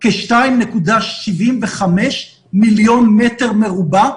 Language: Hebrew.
כ-2.75 מיליון מטר מרובע,